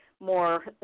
more